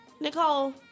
Nicole